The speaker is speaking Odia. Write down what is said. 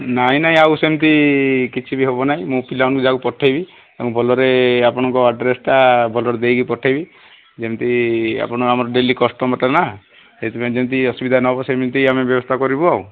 ନାହିଁ ନାହିଁ ଆଉ ସେମିତି କିଛି ବି ହେବନାହିଁ ମୁଁ ପିଲା ମାନଙ୍କୁ ଯାହାକୁ ପଠେଇବି ତାଙ୍କୁ ଭଲରେ ଆପଣଙ୍କ ଅଡ଼୍ରେସ୍ଟା ଭଲରେ ଦେଇକି ପଠେଇବି ଯେମିତି ଆପଣ ଆମର ଡେଲି କଷ୍ଟମର୍ଟା ନା ସେଇଥିପାଇଁ ଯେମିତି ଅସୁବିଧା ନହେବ ସେମିତି ଆମେ ବ୍ୟବସ୍ଥା କରିବୁ ଆଉ